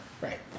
Right